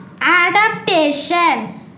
adaptation